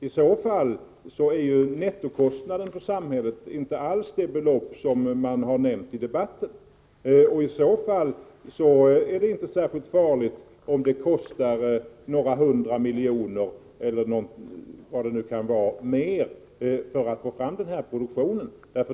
I så fall uppgår nettokostnaden för samhället inte alls till det belopp som nämnts här i debatten och i så fall är det inte särskilt farligt om det kostar några hundra miljoner mera -— eller vilket belopp det nu rör sig om — att få till stånd en sådan här produktion.